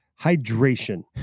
hydration